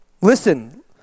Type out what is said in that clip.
Listen